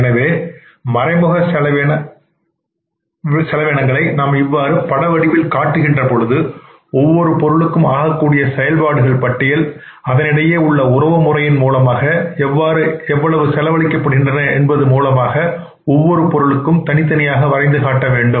எனவே மறைமுக செலவினை நாம் இவ்வாறு பட வடிவில் காட்டுகின்ற பொழுது ஒவ்வொரு பொருளுக்கும் ஆகக்கூடிய செயல்பாடுகள் பட்டியல் அதன் இடையே உள்ள உறவு முறையின் மூலமாக எவ்வாறு எவ்வளவு செலவழிக்க படுகின்றன என்பது மூலமாக ஒவ்வொரு பொருளுக்கும் தனித்தனியாக வரைந்து காட்ட வேண்டும்